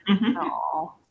No